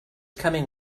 coming